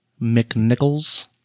McNichols